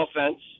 offense